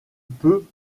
peut